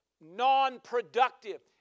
non-productive